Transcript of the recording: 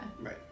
Right